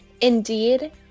Indeed